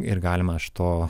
ir galima iš to